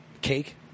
cake